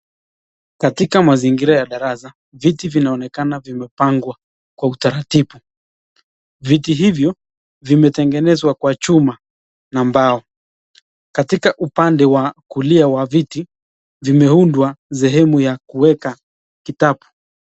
Katika mazingira ya darasa, viti zinaonekana vimepangwa kwa utaratibu . Viti hivyo vimetengenezwa kwa chuma na mbao, katika upande wa kulia wa viti, vimeundwa sehemu ya kuweka vitabu.